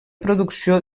producció